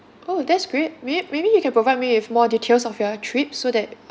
oh that's great mayb~ maybe you can provide me with more details of your trip so that